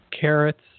carrots